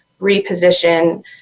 reposition